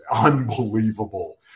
unbelievable